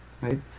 right